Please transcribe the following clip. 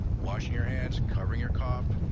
washing your hands, covering your cough,